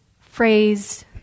phrase